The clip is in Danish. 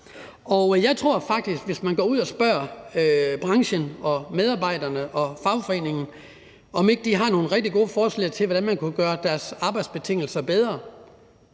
Og jeg tror faktisk, at man, hvis man går ud og spørger branchen og medarbejderne og fagforeningen, om ikke de har nogle rigtig gode forslag til, hvordan man kunne gøre deres arbejdsbetingelser bedre,